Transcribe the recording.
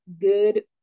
good